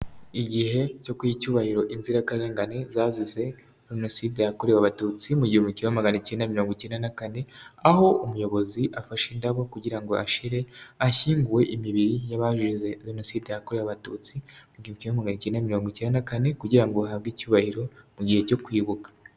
Igihe cyo guha icyubahiro inzirakarengane zazize Jenoside yakorewe abatutsi 1994, aho umuyobozi afashe indabo kugira ngo ashire ahashyinguwe imibiri y'abazize Jenoside yakorewe abatutsi 1994, kugira ngo bahabwe icyubahiro mu gihe cyo kwibuka.